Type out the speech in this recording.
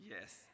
yes